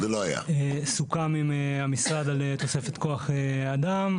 סוכם עם המשרד על תוספת כוח אדם.